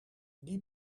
die